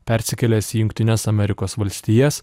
persikėlęs į jungtines amerikos valstijas